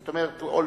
זאת אומרת, אולמרט.